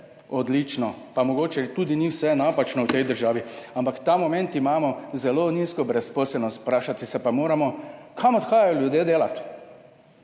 odlično, pa mogoče tudi ni vse napačno v tej državi, ampak ta moment imamo zelo nizko brezposelnost, vprašati se pa moramo, kam odhajajo ljudje delat.